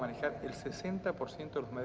sixty and percent of